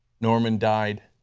norman died